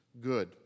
good